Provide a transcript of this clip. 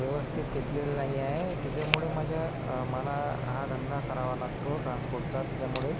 व्यवस्थित घेतलेलं नाही आहे त्याच्यामुळे माझ्या मला हा धंदा करावा लागतो ट्रान्सपोर्टचा त्याच्यामुळे